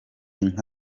nka